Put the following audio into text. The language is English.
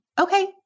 okay